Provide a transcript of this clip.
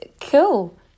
Cool